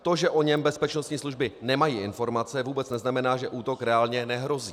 To, že o něm bezpečnostní služby nemají informace, vůbec neznamená, že útok reálně nehrozí.